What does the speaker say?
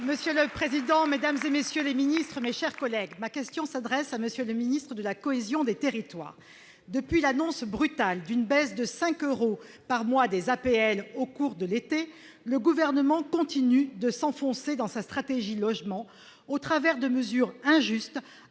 Monsieur le président, Mesdames et messieurs les ministres, mes chers collègues, ma question s'adresse à monsieur le ministre de la cohésion des territoires depuis l'annonce brutale d'une baisse de 5 euros par mois des APL au cours de l'été, le gouvernement continue de s'enfoncer dans sa stratégie logement au travers de mesures injustes